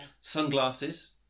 Sunglasses